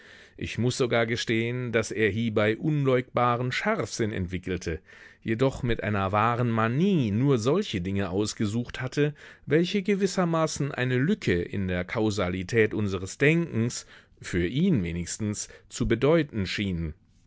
ich muß sogar gestehen daß er hiebei unleugbaren scharfsinn entwickelte jedoch mit einer wahren manie nur solche dinge ausgesucht hatte welche gewissermaßen eine lücke in der kausalität unseres denkens für ihn wenigstens zu bedeuten schienen